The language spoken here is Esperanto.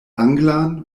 anglan